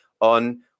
on